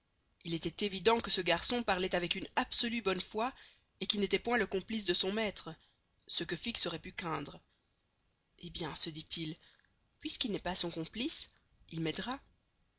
il était évident que ce garçon parlait avec une absolue bonne foi et qu'il n'était point le complice de son maître ce que fix aurait pu craindre eh bien se dit-il puisqu'il n'est pas son complice il m'aidera